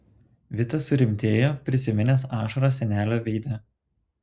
vitas surimtėjo prisiminęs ašaras senelio veide